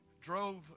Drove